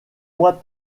moi